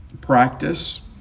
practice